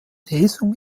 lesung